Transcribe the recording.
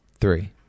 three